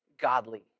godly